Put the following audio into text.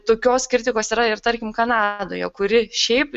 tokios kritikos yra ir tarkim kanadoje kuri šiaip